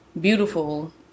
beautiful